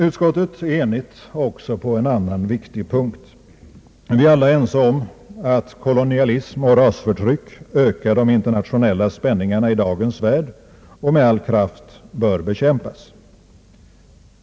Utskottet är enigt också på en annan viktig punkt. Vi anser alla att kolonialism och rasförtryck ökar de internationella spänningarna i dagens värld och med all kraft bör bekämpas.